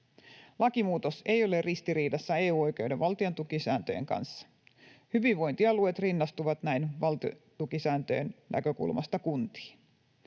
Lakimuutos ei ole ristiriidassa EU-oikeuden valtiontukisääntöjen kanssa. Hyvinvointialueet rinnastuvat näin valtiontukisääntöjen näkökulmasta kuntiin.